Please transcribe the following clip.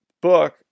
book